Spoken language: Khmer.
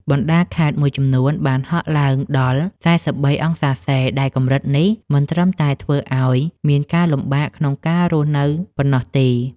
បណ្តាខេត្តមួយចំនួនបានហក់ឡើងដល់ ៤៣ អង្សាសេ ដែលកម្រិតនេះមិនត្រឹមតែធ្វើឱ្យមានការលំបាកក្នុងការរស់នៅប៉ុណ្ណោះទេ។